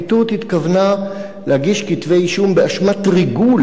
התכוונה להגיש כתבי-אישום באשמת ריגול,